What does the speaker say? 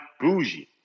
bougie